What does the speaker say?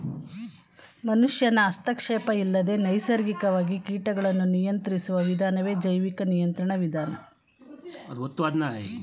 ಮನುಷ್ಯನ ಹಸ್ತಕ್ಷೇಪ ಇಲ್ಲದೆ ನೈಸರ್ಗಿಕವಾಗಿ ಕೀಟಗಳನ್ನು ನಿಯಂತ್ರಿಸುವ ವಿಧಾನವೇ ಜೈವಿಕ ನಿಯಂತ್ರಣ ವಿಧಾನ